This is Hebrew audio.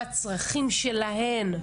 מה הצרכים שלהן?